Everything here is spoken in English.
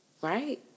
Right